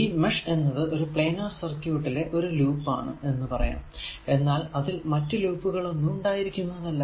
ഈ മെഷ് എന്നത് ഒരു പ്ലാനാർ സർക്യൂട്ടിലെ ഒരു ലൂപ്പ് ആണ് എന്ന് പറയാം എന്നാൽ അതിൽ മറ്റു ലൂപ്പുകൾ ഒന്നും ഉണ്ടായിരിക്കുന്നതല്ല